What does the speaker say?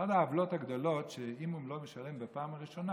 אחת העוולות הגדולות זה שאם הוא לא משלם בפעם הראשונה,